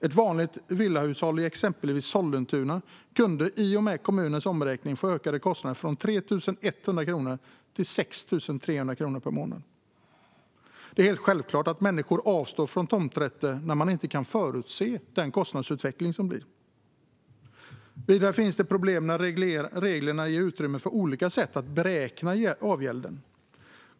Ett vanligt villahushåll i exempelvis Sollentuna kunde i och med kommunens omräkning få ökade kostnader från 3 100 kronor till 6 300 kronor per månad. Det är helt självklart att människor avstår från tomträtter när det inte går att förutse kostnadsutvecklingen. Vidare finns problem när reglerna ger utrymme för olika sätt att beräkna avgälden.